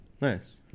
nice